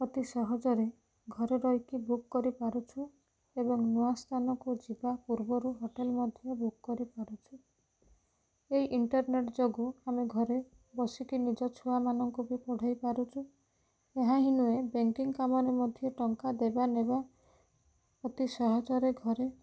ଅତି ସହଜରେ ଘରେ ରହିକି ବୁକ୍ କରିପାରୁଛୁ ଏବଂ ନୂଆ ସ୍ଥାନକୁ ଯିବା ପୂର୍ବରୁ ହୋଟେଲ୍ ମଧ୍ୟ ବୁକ୍ କରିପାରୁଛୁ ଏଇ ଇଣ୍ଟର୍ନେଟ୍ ଯୋଗୁଁ ଆମେ ଘରେ ବସିକି ନିଜ ଛୁଆମାନଙ୍କୁ ବି ପଢ଼େଇ ପାରୁଛୁ ଏହା ହିଁ ନୁହେଁ ବ୍ୟାଙ୍କିଙ୍ଗ୍ କାମରେ ମଧ୍ୟ ଟଙ୍କା ଦେବା ନେବା ଅତି ସହଜରେ ଘରେ